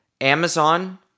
Amazon